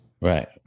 Right